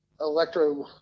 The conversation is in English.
electro